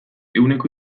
ehuneko